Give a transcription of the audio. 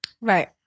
Right